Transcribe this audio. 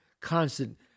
constant